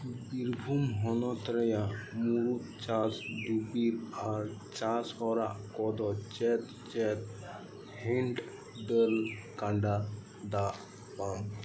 ᱵᱤᱨᱵᱷᱩᱢ ᱦᱚᱱᱚᱛ ᱨᱮᱭᱟᱜ ᱢᱩᱲᱩᱫ ᱪᱟᱥ ᱫᱩᱨᱤᱵᱽ ᱟᱨ ᱪᱟᱥ ᱦᱚᱨᱟ ᱠᱚᱫᱚ ᱪᱮᱫ ᱪᱮᱫ ᱦᱤᱱᱴ ᱞᱮᱠᱟᱛᱮ ᱜᱟᱰᱟ ᱫᱟᱜ ᱯᱟᱢᱯ